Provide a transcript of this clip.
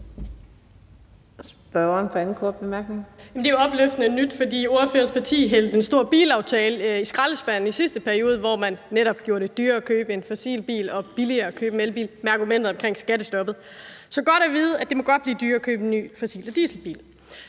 Det er jo opløftende nyt, for ordførerens parti hældte en stor bilaftale i skraldespanden i sidste periode, hvor man netop gjorde det dyrere at købe en fossilbil og billigere at købe en elbil, med argumentet om skattestoppet. Så det er godt at vide, at det godt må blive dyrere at købe en ny fossil- og dieselbil.